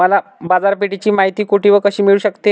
मला बाजारपेठेची माहिती कुठे व कशी मिळू शकते?